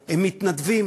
מתנדבים,